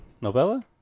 novella